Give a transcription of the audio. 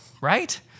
right